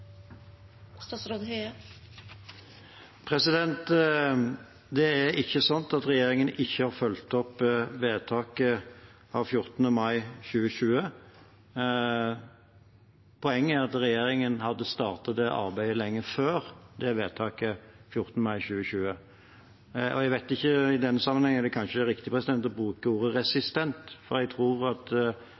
ikke slik at regjeringen ikke har fulgt opp vedtaket av 14. mai 2020. Poenget er at regjeringen hadde startet det arbeidet lenge før vedtaket av 14. mai 2020. I den sammenheng er det kanskje riktig å bruke ordet resistent, for jeg tror at